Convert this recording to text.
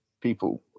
people